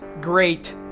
great